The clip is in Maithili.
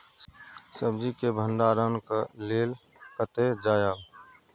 सब्जी के भंडारणक लेल कतय जायब?